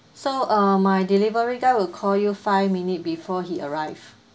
so uh my delivery guy will call you five minutes before he arrived